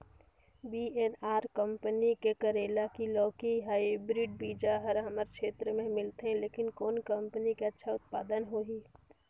VNR company के करेला की लौकी हाईब्रिड बीजा हमर क्षेत्र मे मिलथे, लेकिन कौन कंपनी के अच्छा उत्पादन होही?